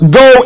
go